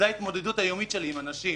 זאת ההתמודדות היומית שלי עם אנשים.